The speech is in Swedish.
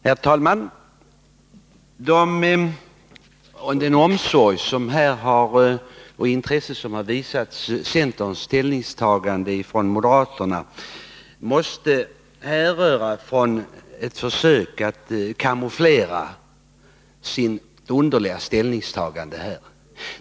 Herr talman! Den omsorg och det intresse som moderaterna här har visat centerns ställningstagande måste härröra från deras försök att kamouflera sin underliga inställning.